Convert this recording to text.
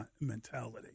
mentality